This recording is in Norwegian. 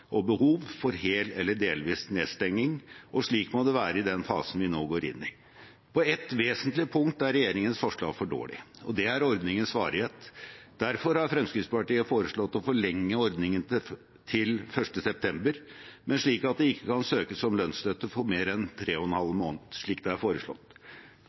og behov for hel eller delvis nedstenging, og slik må det være i den fasen vi nå går inn i. På et vesentlig punkt er regjeringens forslag for dårlig, og det gjelder ordningens varighet. Derfor har Fremskrittspartiet foreslått å forlenge ordningen til 1. september, men slik at det ikke kan søkes om lønnsstøtte for mer enn 3,5 måned, slik det er foreslått.